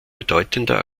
bedeutender